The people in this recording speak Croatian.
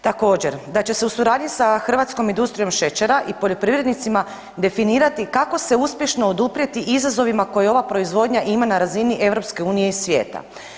Također da će se u suradnji sa Hrvatskom industrijom šećera i poljoprivrednicima definirati kako se uspješno oduprijeti izazovima koje ova proizvodnja ima na razini EU i svijeta.